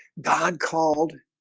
god called?